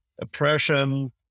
oppression